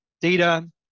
data